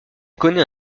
connaît